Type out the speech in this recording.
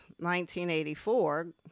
1984